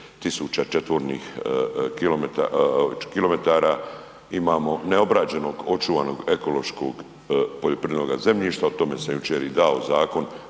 000 četvornih kilometara imamo neobrađenog očuvanog ekološkog poljoprivrednoga zemljišta, o tome sam jučer i dao zakon